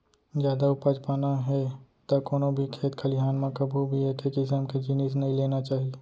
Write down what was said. जादा उपज पाना हे त कोनो भी खेत खलिहान म कभू भी एके किसम के जिनिस नइ लेना चाही